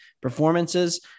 performances